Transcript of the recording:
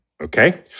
okay